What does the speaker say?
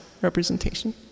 representation